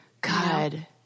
God